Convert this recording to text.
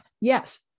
yes